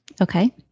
Okay